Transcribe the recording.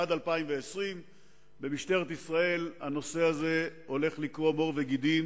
עד 2020. במשטרת ישראל הנושא הזה הולך לקרום עור וגידים